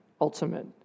Ultimate